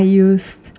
I use